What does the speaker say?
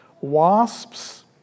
Wasps